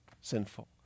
sinful